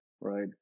right